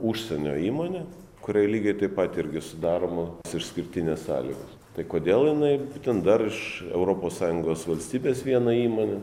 užsienio įmonė kuriai lygiai taip pat irgi sudaromos išskirtinės sąlygos tai kodėl jinai būtent dar iš europos sąjungos valstybės viena įmonė